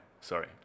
Sorry